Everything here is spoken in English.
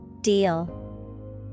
Deal